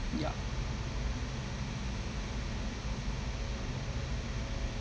ya